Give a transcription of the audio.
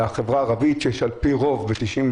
בחברה הערבית יש על פי רוב, ב-99%,